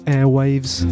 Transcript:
Airwaves